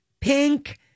Pink